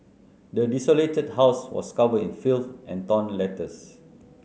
the desolated house was covered in filth and torn letters